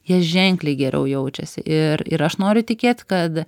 jie ženkliai geriau jaučiasi ir ir aš noriu tikėt kad